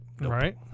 right